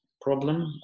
problem